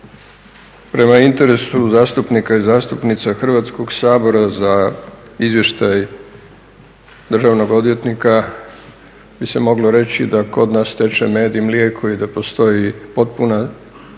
Prema interesu zastupnika i zastupnica Hrvatskoga sabora za izvještaj državnog odvjetnika bi se moglo reći da kod nas teče med i mlijeko i da postoji potpuna financijska